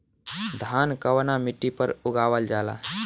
धान कवना मिट्टी पर उगावल जाला?